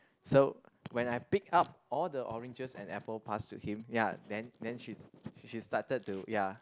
so when I pick up all the oranges and apple pass to him ya then then she she started to ya